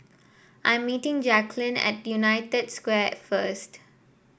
I am meeting Jacalyn at United Square first